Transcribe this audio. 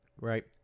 Right